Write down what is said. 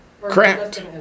Correct